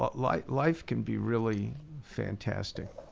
but like life can be really fantastic.